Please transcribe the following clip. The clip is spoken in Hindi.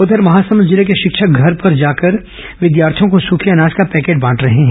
उधर महासमुंद जिले के शिक्षक घर घर जाकर विद्यार्थियों को सूखे अनाज का पैकेट बांट रहे हैं